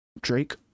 drake